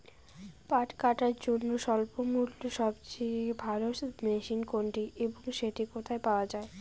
পাট কাটার জন্য স্বল্পমূল্যে সবচেয়ে ভালো মেশিন কোনটি এবং সেটি কোথায় পাওয়া য়ায়?